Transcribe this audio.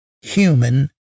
human